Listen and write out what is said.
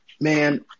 man